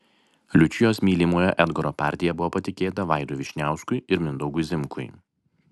liučijos mylimojo edgaro partija buvo patikėta vaidui vyšniauskui ir mindaugui zimkui